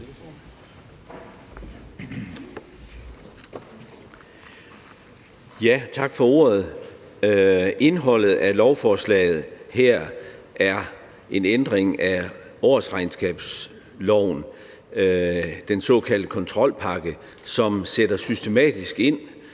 (S): Tak for ordet. Indholdet af lovforslaget her er en ændring af årsregnskabsloven, den såkaldte kontrolpakke, som sætter systematisk ind